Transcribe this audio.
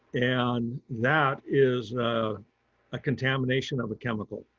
and that is a contamination of a chemical.